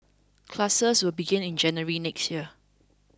classes will begin in January next year